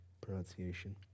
pronunciation